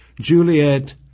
Juliet